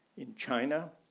in china,